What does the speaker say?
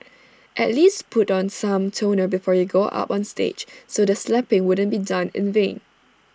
at least put on some toner before you go up on stage so the slapping wouldn't be done in vain